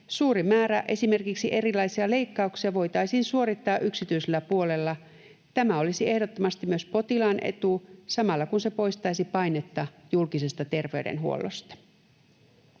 suuri määrä erilaisia leikkauksia voitaisiin suorittaa yksityisellä puolella. Tämä olisi ehdottomasti myös potilaan etu, samalla kun se poistaisi painetta julkisesta terveydenhuollosta.